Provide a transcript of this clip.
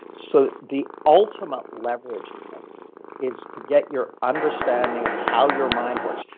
so the ultimate leverage like is to get your understanding of how your mind works,